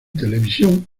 televisión